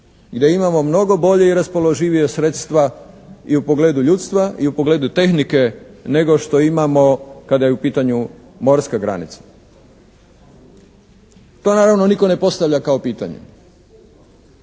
da imamo mnogo bolje i raspoloživije sredstva i u pogledu ljudstva i u pogledu tehnike nego što imamo kada je u pitanju morska granica. To naravno nitko ne postavlja kao pitanje.